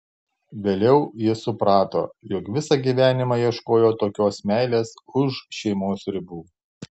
vėliau jis suprato jog visą gyvenimą ieškojo tokios meilės už šeimos ribų